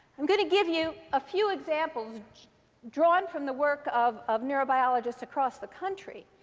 i'm going to give you a few examples drawn from the work of of neurobiologists across the country